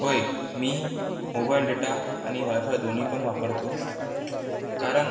होय मी mobile data आणि वायफाय दोन्हीपण वापरतो कारण